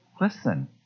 Listen